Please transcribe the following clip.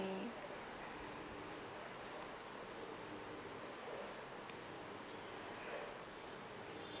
~ny